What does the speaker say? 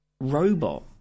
robot